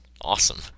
awesome